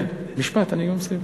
משפט, אני כבר מסיים.